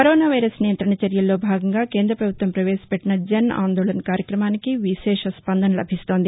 corona virus నియంత్రణ చర్యల్లో భాగంగా కేంద్రపభుత్వం పవేశపెట్టిన జన్ ఆందోళన్ కార్యక్రమానికి విశేష స్పందన లభిస్తోంది